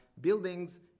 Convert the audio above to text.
buildings